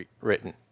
written